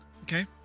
Okay